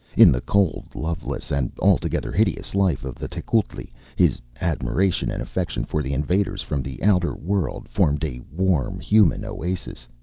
in the cold, loveless and altogether hideous life of the tecuhltli his admiration and affection for the invaders from the outer world formed a warm, human oasis,